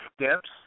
steps